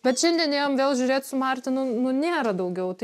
bet šiandien ėjom vėl žiūrėt su martinu nu nėra daugiau tai